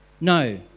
No